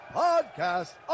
podcast